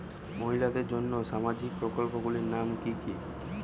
মহিলাদের জন্য সামাজিক প্রকল্প গুলির নাম কি কি?